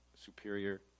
superior